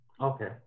Okay